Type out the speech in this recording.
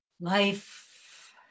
Life